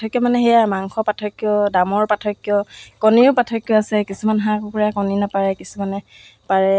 এইবিলাক বহুত ঠাইলৈ অৰ্ডাৰ পঠিয়াও তেওঁলোকেও মোৰ কাপোৰবিলাক পচন্দ কৰে